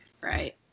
Right